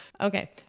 Okay